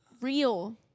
real